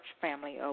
family